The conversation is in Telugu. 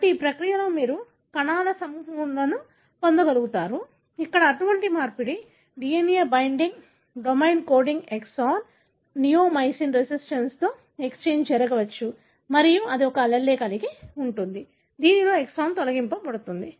కాబట్టి ఈ ప్రక్రియలో మీరు కణాల సమూహాలను పొందగలుగుతారు ఇక్కడ అటువంటి మార్పిడి DNA binding domain coding exon neomycin రెసిస్టెన్స్తో ఎక్స్ఛేంజ్ జరగవచ్చు మరియు అది ఒక అల్లెల్ కలిగి ఉంటుంది దీనిలో ఎక్సాన్ తొలగించబడుతుంది